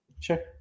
Sure